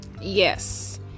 Yes